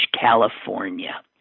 California